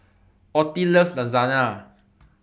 Ottie loves Lasagna